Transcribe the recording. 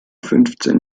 fünfzehn